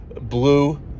blue